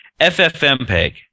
FFmpeg